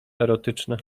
erotyczne